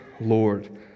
Lord